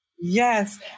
Yes